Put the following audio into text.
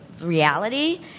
reality